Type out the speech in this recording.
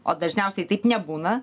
o dažniausiai taip nebūna